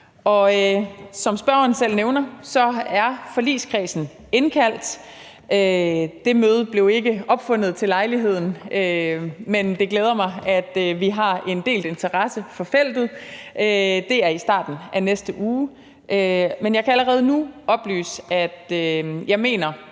Som spørgeren selv nævner, er forligskredsen indkaldt. Det møde blev ikke opfundet til lejligheden, men det glæder mig, at vi har en delt interesse for feltet. Det er i starten af næste uge. Men jeg kan allerede nu oplyse, at jeg mener,